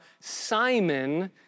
Simon